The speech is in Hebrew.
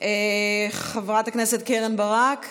חברת הכנסת קרן ברק,